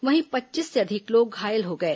वहीं पच्चीस से अधिक लोग घायल हो गए